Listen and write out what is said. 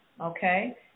Okay